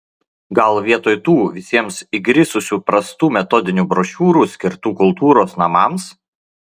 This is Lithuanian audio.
gal vietoj tų visiems įgrisusių prastų metodinių brošiūrų skirtų kultūros namams